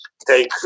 take